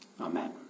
Amen